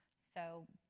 so,